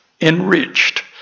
enriched